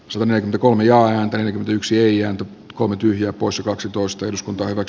salonen kolme ja hän kypsyi ja kolme tyhjää poissa kaksitoista eduskunta ovat